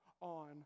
on